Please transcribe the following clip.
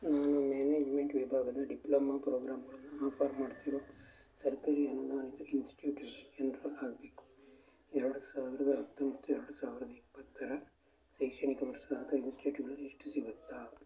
ನಾನು ಮ್ಯಾನೇಜ್ಮೆಂಟ್ ವಿಭಾಗದ ಡಿಪ್ಲೊಮಾ ಪ್ರೋಗ್ರಾಮ್ಗಳನ್ನು ಆಫರ್ ಮಾಡ್ತಿರೋ ಸರ್ಕಾರಿ ಅನುದಾನಿತ ಇನ್ಸ್ಟ್ಯೂಟಲ್ಲಿ ಎನ್ರೋಲ್ ಆಗಬೇಕು ಎರಡು ಸಾವಿರದ ಹತ್ತೊಂಬತ್ತು ಎರಡು ಸಾವಿರದ ಇಪ್ಪತ್ತರ ಶೈಕ್ಷಣಿಕ ವರ್ಷದ ಅಂತಹ ಇನ್ಸ್ಟ್ಯೂಟ್ಗಳ ಲಿಸ್ಟು ಸಿಗುತ್ತಾ